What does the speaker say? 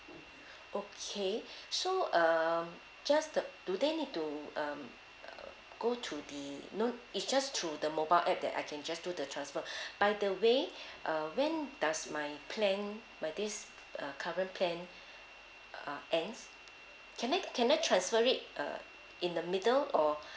okay so uh just the do they need to um go to the you know is just through the mobile app that I can just do the transfer by the way uh when does my plan my this uh current plan uh ends can I can I transfer it uh in the middle or